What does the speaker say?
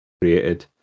created